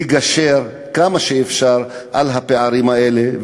לגשר כמה שאפשר על הפערים האלה,